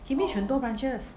Kimage 很多 branches